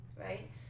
right